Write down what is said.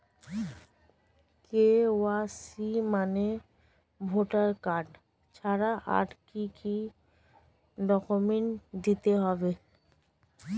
KYC মানে voter card ছাড়া আর কি কি ডকুমেন্ট দিতে হবে?